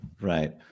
right